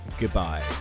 Goodbye